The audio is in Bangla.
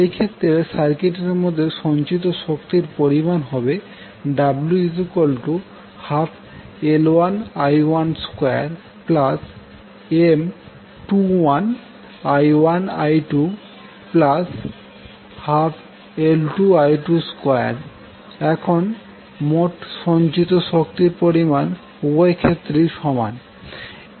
এই ক্ষেত্রে সার্কিট এর মধ্যে সঞ্চিত শক্তির পরিমাণ হবে w12L1I12M21I1I212L2I22 এখন মোট সঞ্চিত শক্তির পরিমাণ উভয় ক্ষেত্রেই সমান